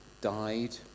died